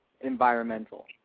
environmental